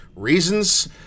reasons